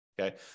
okay